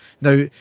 Now